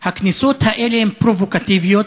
הכניסות האלה הן פרובוקטיביות.